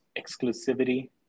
exclusivity